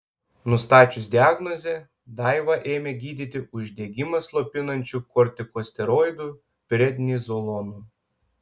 nustačius diagnozę daivą ėmė gydyti uždegimą slopinančiu kortikosteroidu prednizolonu